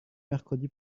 mercredi